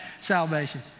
salvation